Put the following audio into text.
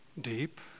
deep